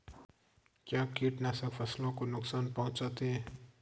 क्या कीटनाशक फसलों को नुकसान पहुँचाते हैं?